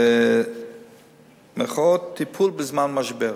זה "טיפול בזמן משבר".